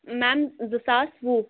میم زٕ ساس وُہ